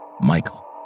Michael